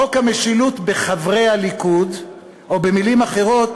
חוק המשילות בחברי הליכוד, או במילים אחרות,